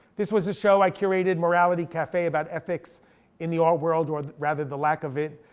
this was a show i curated, morality cafe, about ethics in the art world, or rather the lack of it.